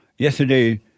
Yesterday